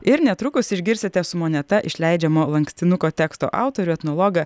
ir netrukus išgirsite su moneta išleidžiamo lankstinuko teksto autorių etnologą